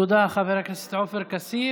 תודה, חבר הכנסת עופר כסיף.